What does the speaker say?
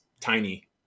tiny